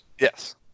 Yes